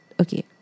okay